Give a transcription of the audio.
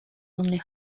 only